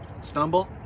stumble